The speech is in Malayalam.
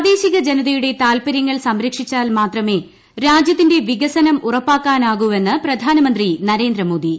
പ്രാദേശിക ജനതയുടെ താൽപരൃങ്ങൾ സംരക്ഷിച്ചാൽ മാത്രമേ രാജൃത്തിന്റെ വികസനം ഉറപ്പാക്കാനാകുവെന്ന് പ്രധാനമന്ത്രി നരേന്ദ്രമോദി